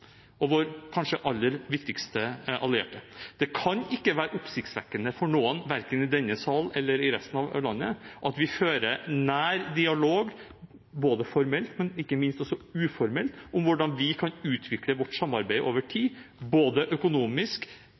kanskje vår aller viktigste allierte. Det kan ikke være oppsiktsvekkende for noen, verken i denne sal eller i resten av landet, at vi hører nær dialog, både formelt og ikke minst uformelt, om hvordan vi kan utvikle vårt samarbeid over tid, både økonomisk,